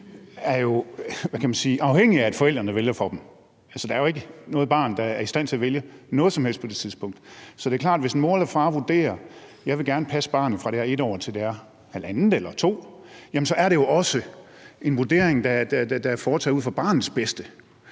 afhængige af, at forældrene vælger for dem. Altså, der er jo ikke noget barn, der er i stand til at vælge noget som helst på det tidspunkt. Så det er klart, at hvis en mor eller far vurderer, at man gerne vil passe sit barn, fra det er et 1, til det er 1½ eller 2 år, så er det jo også en vurdering, der er foretaget ud fra barnets bedste.